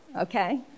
Okay